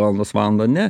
valandos valandą ne